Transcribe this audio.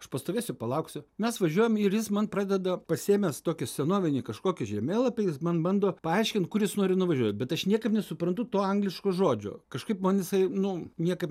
aš pastovėsiu palauksiu mes važiuojam ir jis man pradeda pasiėmęs tokį senovinį kažkokį žemėlapį jis man bando paaiškint kur jis nori nuvažiuot bet aš niekaip nesuprantu to angliško žodžio kažkaip man jisai nu niekaip